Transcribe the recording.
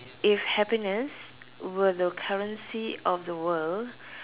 if happiness were the currency of the world